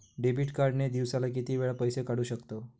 Debit card ने दिवसाला किती वेळा पैसे काढू शकतव?